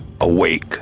awake